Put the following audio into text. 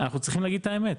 אנחנו צריכים להגיד את האמת,